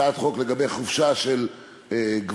הצעת חוק לגבי חופשה של גברים.